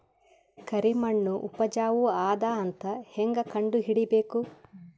ಕರಿಮಣ್ಣು ಉಪಜಾವು ಅದ ಅಂತ ಹೇಂಗ ಕಂಡುಹಿಡಿಬೇಕು?